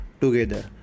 together